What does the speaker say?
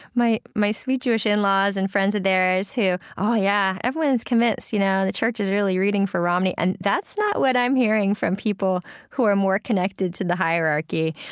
my my sweet jewish in-laws and friends of theirs who, oh, yeah, everyone commits, you know the church is really rooting for romney, and that's not what i'm hearing from people who are more connected to the hierarchy.